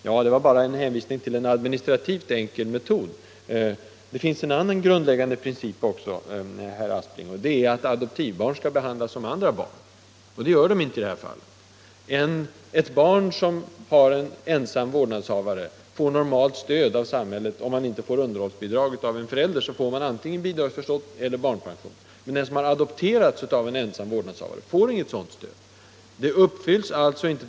Men det finns, herr Aspling, också en annan grundläggande princip, och den innebär att adoptivbarn skall behandlas på samma sätt som andra barn. Det görs inte i detta fall. Ett barn som har en ensamstående vårdnadshavare får normalt stöd av samhället. Om inte underhållsbidrag utgår från en förälder utgår antingen bidragsförskott eller barnpension. Men ett barn som adopterats av en ensamstående person får inget sådant stöd.